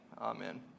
amen